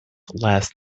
last